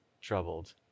troubled